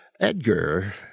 Edgar